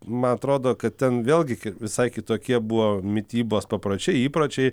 man atrodo kad ten vėlgi kaip visai kitokie buvo mitybos papročiai įpročiai